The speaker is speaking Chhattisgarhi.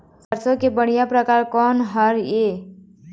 सरसों के बढ़िया परकार कोन हर ये?